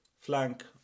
flank